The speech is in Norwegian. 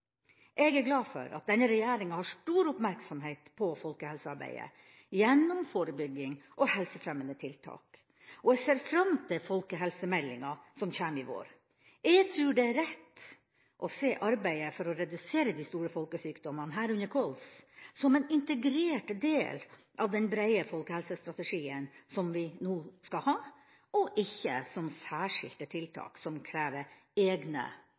Jeg er glad for at denne regjeringa har stor oppmerksomhet på folkehelsearbeidet gjennom forebygging og helsefremmende tiltak, og jeg ser fram til folkehelsemeldinga som kommer i vår. Jeg tror det er rett å se arbeidet for å redusere de store folkesykdommene – herunder kols – som en integrert del av den breie folkehelsestrategien som vi nå skal ha, og ikke som særskilte tiltak som krever egne,